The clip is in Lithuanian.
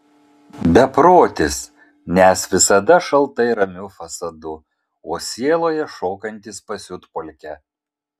beprotis nes visada šaltai ramiu fasadu o sieloje šokantis pasiutpolkę